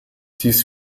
dies